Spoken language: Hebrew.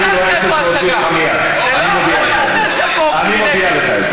אני רוצה לפני כל הכנסת להגיד לך: אתה עומד כאן ואתה מעיר לכל אחד.